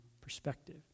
perspective